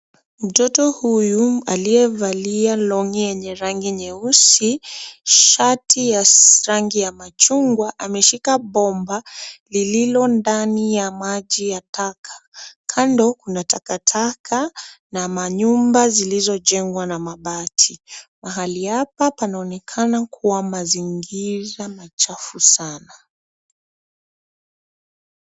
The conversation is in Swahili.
Mtoto huyu aliyevalia long'i yenye rangi nyeusi, shati ya rangi ya machungwa ameshika bomba lililo ndani ya maji ya taka. Kando kuna takataka na manyumba zilizojengwa na mabati. Mahali hapa panaonekana kuwa mazingira machafu sana.